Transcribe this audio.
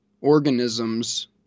organisms